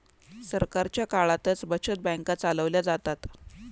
सरकारच्या काळातच बचत बँका चालवल्या जातात